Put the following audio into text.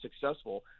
successful